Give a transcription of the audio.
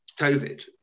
COVID